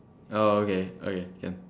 oh okay okay can